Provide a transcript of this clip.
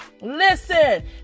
Listen